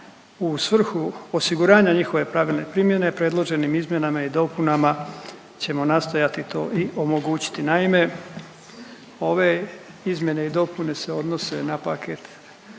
u svrhu osiguranja njihove pravilne primjene, predloženim izmjenama i dopunama ćemo nastojati to i omogućiti. Naime, ove izmjene i dopune se odnose na paket